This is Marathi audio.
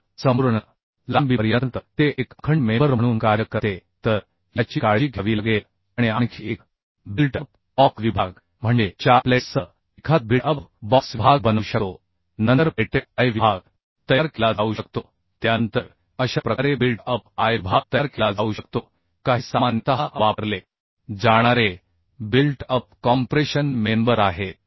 तर संपूर्ण लांबीपर्यंत ते एक अखंड मेंबर म्हणून कार्य करते तर याची काळजी घ्यावी लागेल आणि आणखी एक बिल्ट अप बॉक्स विभाग म्हणजे 4 प्लेट्ससह एखादा बिल्ट अप बॉक्स विभाग बनवू शकतो नंतर प्लेटेड I विभाग तयार केला जाऊ शकतो त्यानंतर अशा प्रकारे बिल्ट अप I विभाग तयार केला जाऊ शकतो काही सामान्यतः वापरले जाणारे बिल्ट अप कॉम्प्रेशन मेंबर आहेत